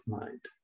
mind